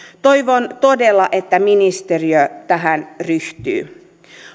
toivon todella että ministeriö tähän ryhtyy